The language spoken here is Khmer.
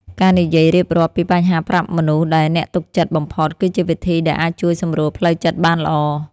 ការនិយាយរៀបរាប់ពីបញ្ហាប្រាប់មនុស្សដែលអ្នកទុកចិត្តបំផុត គឺជាវិធីដែលអាចជួយសម្រួលផ្លូវចិត្តបានល្អ។